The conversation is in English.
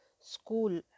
school